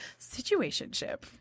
situationship